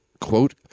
quote